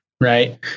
Right